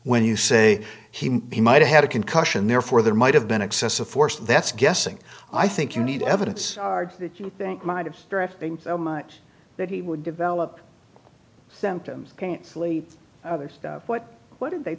when you say he might have had a concussion therefore there might have been excessive force that's guessing i think you need evidence that you think might have been so much that he would develop symptoms can't sleep others what what did they